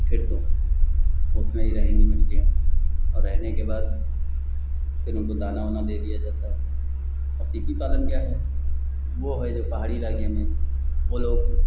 फ़िर तो उसमें ही रहेंगी मछलियाँ और रहने के बाद फ़िर उनको दाना ओना दे दिया जाता है और सीपी पालन क्या है वह है जो पहाड़ी इलाके में वह लोग